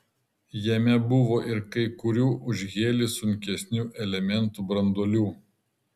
jame buvo ir kai kurių už helį sunkesnių elementų branduolių